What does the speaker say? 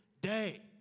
day